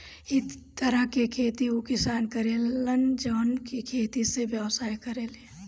इ तरह के खेती उ किसान करे लन जवन की खेती से व्यवसाय करेले